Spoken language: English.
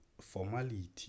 formality